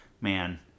man